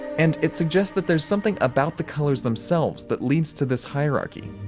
and it suggests that there's something about the colors themselves that leads to this hierarchy.